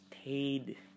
stayed